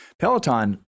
Peloton